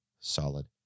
solid